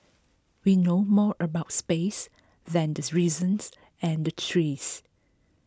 we know more about space than the reasons and the trees